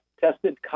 tested